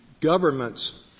government's